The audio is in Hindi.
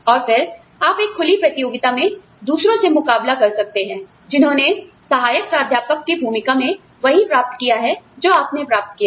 और फिर आप एक खुली प्रतियोगिता में दूसरों से मुकाबला कर सकते हैं जिन्होंने सहायक प्राध्यापक की भूमिका में वही प्राप्त किया है जो आपने प्राप्त किया है